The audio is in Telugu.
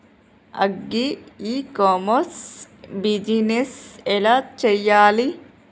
అగ్రి ఇ కామర్స్ బిజినెస్ ఎలా చెయ్యాలి?